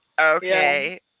okay